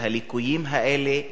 שהליקויים האלה יתוקנו.